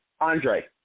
Andre